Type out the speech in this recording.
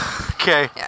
Okay